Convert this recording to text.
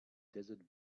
desert